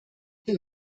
این